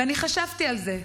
ואני חשבתי על זה.